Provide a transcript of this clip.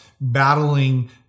battling